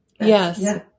Yes